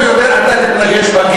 לך.